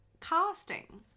casting